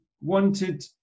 wanted